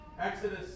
Exodus